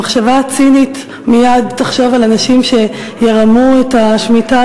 המחשבה הצינית מייד תחשוב על אנשים שירמו את השמיטה